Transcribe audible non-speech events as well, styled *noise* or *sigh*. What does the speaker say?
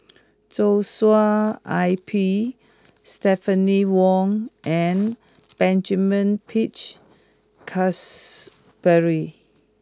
Joshua I P Stephanie Wong and *noise* Benjamin Peach Keasberry